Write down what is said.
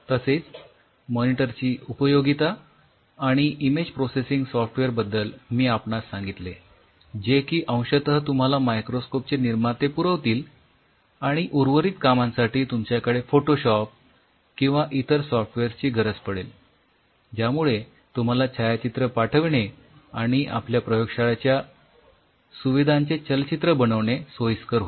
तसेच मॉनिटरची उपयोगिता आणि इमेज प्रोसेसिंग सॉफ्टवेअर बद्दल मी आपणास सांगितले जे की अंशतः तुम्हाला मायक्रोस्कोप चे निर्माते पुरवतील आणि उर्वरित कामांसाठी तुमच्याकडे फोटोशॉप किंवा इतर सॉफ्टवेअर्स ची गरज पडेल ज्यामुळे तुम्हाला छायाचित्र पाठविणे आणि आपल्या प्रयोशाळेतील सुविधांचे चलचित्र बनविणे सोयीस्कर होईल